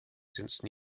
since